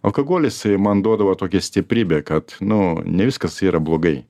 alkagolis jisai man duodavo tokią stiprybę kad nu ne viskas yra blogai